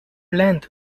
length